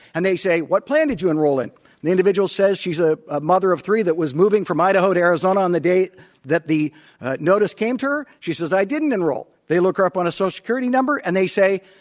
and they say, what plan did you enroll in? and the individual says she's ah a mother of three that was moving from idaho to arizona on the day that the notice came to her, she says, i didn't enroll. they look her up on a social so security number and they say,